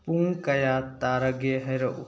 ꯄꯨꯡ ꯀꯌꯥ ꯇꯥꯔꯒꯦ ꯍꯥꯏꯔꯛꯎ